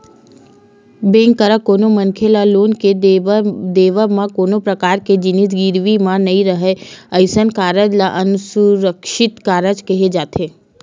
bank करा कोनो मनखे ल लोन के देवब म कोनो परकार के जिनिस गिरवी म नइ राहय अइसन करजा ल असुरक्छित करजा केहे जाथे